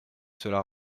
cela